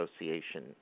Association